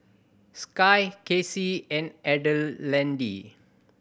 Skye Kasie and Adelaide